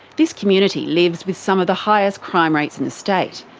this community lives with some of the highest crime rates in the state,